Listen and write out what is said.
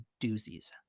doozies